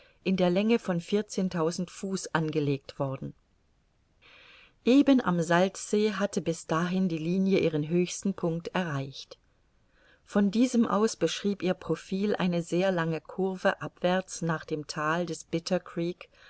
in der länge von vierzehntausend fuß angelegt worden eben am salzsee hatte bis dahin die linie ihren höchsten punkt erreicht von diesem aus beschrieb ihr profil eine sehr lange curve abwärts nach dem thal des